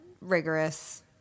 rigorous